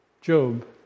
Job